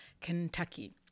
Kentucky